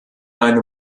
einem